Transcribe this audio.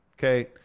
Okay